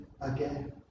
Again